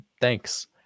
Thanks